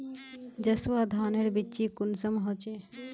जसवा धानेर बिच्ची कुंसम होचए?